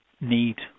need